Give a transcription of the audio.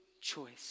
choice